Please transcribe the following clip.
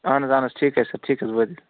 اَہَن حظ اَہَن حظ ٹھیٖک حظ چھِ ٹھیٖک حظ